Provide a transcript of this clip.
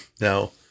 Now